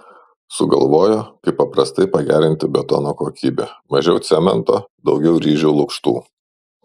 sugalvojo kaip paprastai pagerinti betono kokybę mažiau cemento daugiau ryžių lukštų